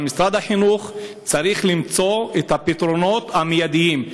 אבל משרד החינוך צריך למצוא את הפתרונות המיידיים.